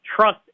trust